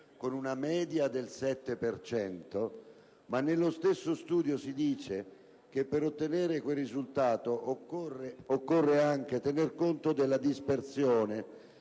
con una media del 7 per cento; ma nello stesso studio si dice che per ottenere quel risultato occorre anche tener conto della dispersione